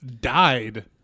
died